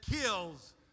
kills